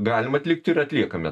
galim atlikti ir atliekame